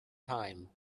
time